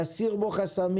צריך להסיר בו את החסמים.